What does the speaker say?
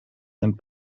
and